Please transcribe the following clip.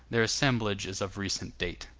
their assemblage is of recent date.